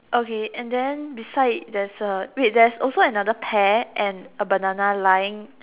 okay and then beside there's a wait there's also another pear and a banana lying